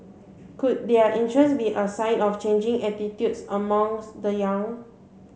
could their interest be a sign of changing attitudes amongst the young